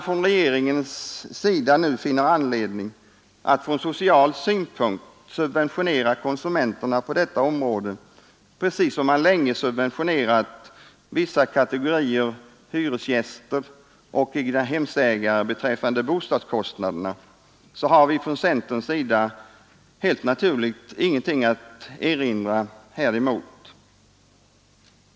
Om regeringen nu finner anledning att från social synpunkt subventionera konsumenterna på detta område precis som man länge har subventionerat vissa kategorier hyresgäster och egnahemsägare beträffande bostadsproduktionen har vi från centerns sida helt naturligt ingenting att erinra häremot.